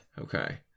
Okay